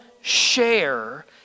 share